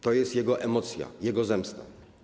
To jest jego emocja, jego zemsta.